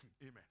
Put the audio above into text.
Amen